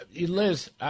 Liz